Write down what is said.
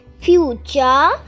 future